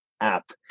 app